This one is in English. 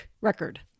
record